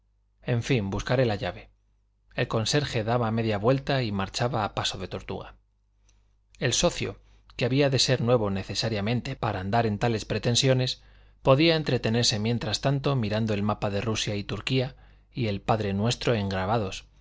en fin buscaré la llave el conserje daba media vuelta y marchaba a paso de tortuga el socio que había de ser nuevo necesariamente para andar en tales pretensiones podía entretenerse mientras tanto mirando el mapa de rusia y turquía y el padre nuestro en grabados